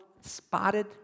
spotted